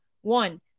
One